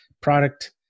product